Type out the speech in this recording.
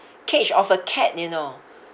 cage of a cat you know